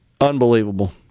Unbelievable